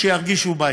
שצריך, שירגישו בית.